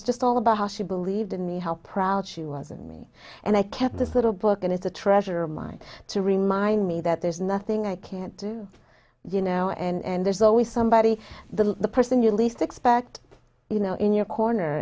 was just all about how she believed in me help proud she wasn't me and i kept this little book and it's a treasure of mine to remind me that there's nothing i can't do you know and there's always somebody the person you least expect you know in your corner